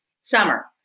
summer